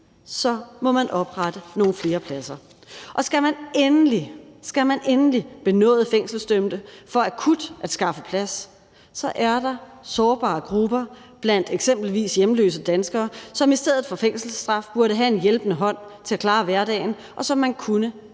så må man oprette nogle flere pladser. Og skal man endelig benåde fængselsdømte for akut at skaffe plads, er der sårbare grupper blandt eksempelvis hjemløse danskere, som i stedet for fængselsstraf burde have en hjælpende hånd til at klare hverdagen, og som man kunne have